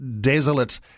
desolate